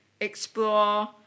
explore